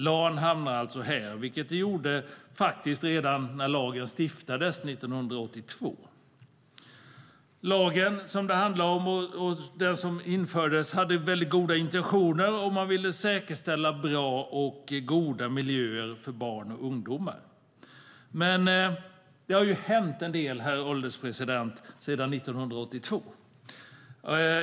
LAN hamnar alltså här, vilket det gjorde redan när lagen stiftades 1982.Men det har ju hänt en del sedan 1982, herr ålderspresident.